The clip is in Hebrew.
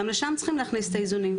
גם לשם צריכים להכניס את האיזונים,